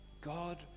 God